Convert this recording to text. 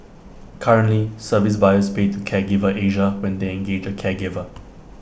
currently service buyers pay to Caregiver Asia when they engage A caregiver